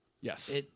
Yes